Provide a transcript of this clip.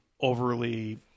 overly